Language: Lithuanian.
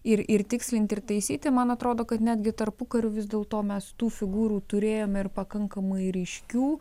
ir ir tikslinti ir taisyti man atrodo kad netgi tarpukariu vis dėlto mes tų figūrų turėjome ir pakankamai ryškių